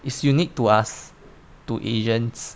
is unique to us to asians